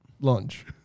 Lunch